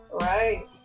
right